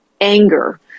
anger